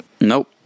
Nope